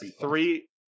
three